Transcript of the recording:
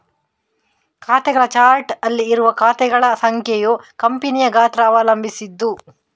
ಖಾತೆಗಳ ಚಾರ್ಟ್ ಅಲ್ಲಿ ಇರುವ ಖಾತೆಗಳ ಸಂಖ್ಯೆಯು ಕಂಪನಿಯ ಗಾತ್ರ ಅವಲಂಬಿಸಿದ್ದು